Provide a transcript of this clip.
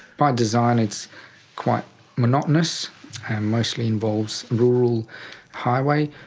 by design it's quite monotonous, and mostly involves rural highway,